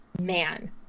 man